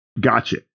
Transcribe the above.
gotcha